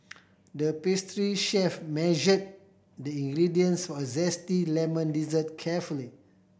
the pastry chef measure the ingredients for a zesty lemon dessert carefully